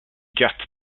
carte